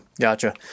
Gotcha